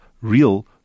real